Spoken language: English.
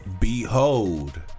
behold